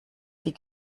die